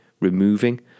removing